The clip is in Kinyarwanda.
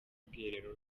ubwiherero